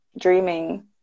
dreaming